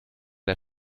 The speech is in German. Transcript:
der